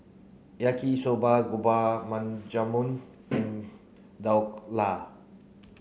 Yaki Soba Gulab Jamun and Dhokla